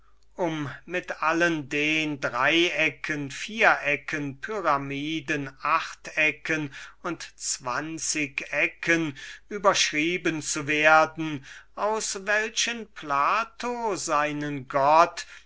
um mit allen den dreiecken vierecken pyramiden achtecken und zwanzigecken überschrieben zu werden aus welchen plato seinen gott